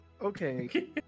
Okay